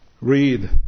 Read